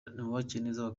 bakabona